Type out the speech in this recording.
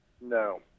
No